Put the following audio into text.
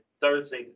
Thursday